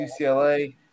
UCLA